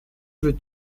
veux